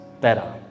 better